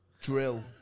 drill